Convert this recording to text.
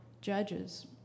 judges